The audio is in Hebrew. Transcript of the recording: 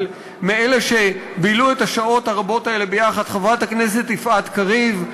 אבל מאלה שבילו את השעות הרבות האלה ביחד: חברת הכנסת יפעת קריב,